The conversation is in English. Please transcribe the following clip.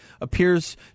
appears